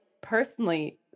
personally